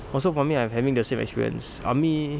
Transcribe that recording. also for me I'm having the same experience army